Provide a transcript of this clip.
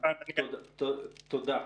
תודה.